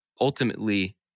ultimately